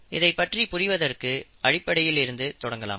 இதைப்பற்றி புரிவதற்கு அடிப்படையில் இருந்து தொடங்கலாம்